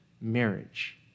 marriage